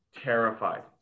Terrified